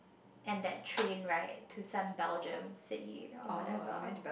and that train right to some Belgium city oh whatever